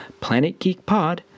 planetgeekpod